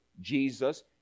Jesus